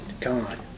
God